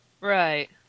Right